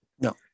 no